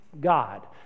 God